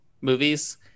movies